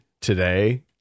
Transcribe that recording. today